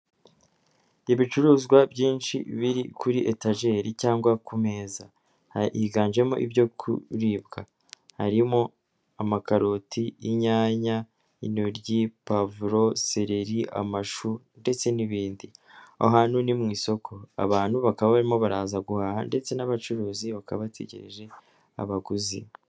Ibicuruzwa byinshi biri kuri etageri cyangwa ku meza higanjemo ibyo kuribwa harimo amakaroti, 'inyanya, intoryi, pavuro, seleri, amashu ndetse n'ibindi, aha hantu ni mu isoko abantu bakaba barimo baraza guhaha ndetse n'abacuruzi bakaba bategereje abaguzi.